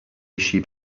sheep